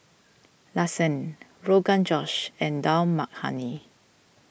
Lasagne Rogan Josh and Dal Makhani